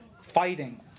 fighting